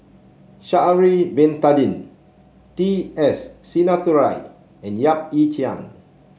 Sha'ari Bin Tadin T S Sinnathuray and Yap Ee Chian